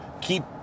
Keep